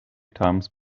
times